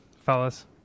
fellas